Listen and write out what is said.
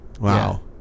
Wow